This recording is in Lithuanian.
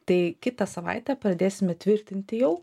tai kitą savaitę pradėsime tvirtinti jau